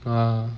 uh